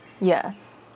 Yes